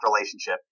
relationship